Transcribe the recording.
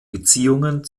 beziehungen